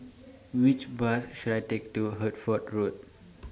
Which Bus should I Take to Hertford Road